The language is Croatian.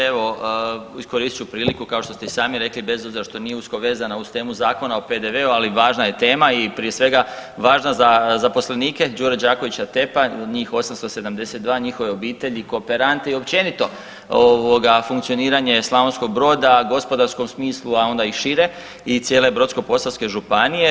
Evo iskoristit ću priliku kao što ste sami rekli bez obzira što nije usko vezana uz temu Zakona o PDV-u, ali važna je tema i prije svega važna za zaposlenike Đure Đakovića TEP-a njih 872, njihove obitelji, kooperante i općenito funkcioniranje Slavonskog Broda u gospodarskom smislu, a onda i šire i cijele Brodsko-posavske županije.